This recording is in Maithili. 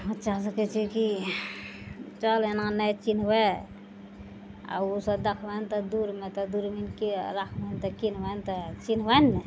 बच्चा सबके छै कि चल एना नहि चिन्हबइ आओर उ सब देखबनि तऽ दूरमे तऽ दूरबीनके राखबनि तऽ किनबनि तऽ चिन्हबइ ने